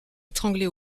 étranglée